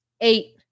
Eight